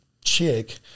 chick